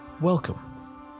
Welcome